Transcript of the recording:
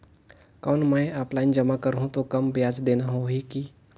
कौन मैं ऑफलाइन जमा करहूं तो कम ब्याज देना होही की?